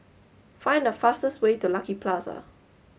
find the fastest way to Lucky Plaza